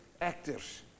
Actors